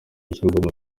ishyirwa